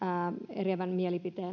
eriävän mielipiteen